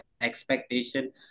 expectation